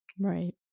Right